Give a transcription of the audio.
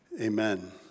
amen